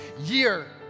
year